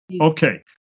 okay